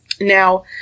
Now